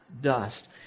Dust